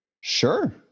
Sure